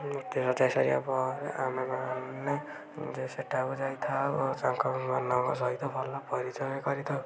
ମୂର୍ତ୍ତି ସଜା ସାରିବା ପରେ ଆମେମାନେ ଯାଇ ସେଠାକୁ ଯାଇଥାଉ ତାଙ୍କମାନଙ୍କ ସହିତ ଭଲ ପରିଚୟ କରିଥାଉ